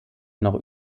noch